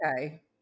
Okay